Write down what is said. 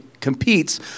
competes